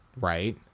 right